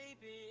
baby